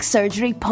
Surgery